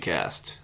Cast